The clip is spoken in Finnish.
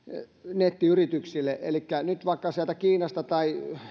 nettiyrityksille elikkä nyt vaikka sieltä kiinasta tai